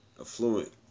affluent